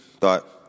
thought